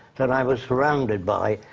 that i was surrounded by,